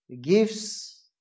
gives